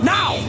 Now